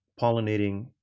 pollinating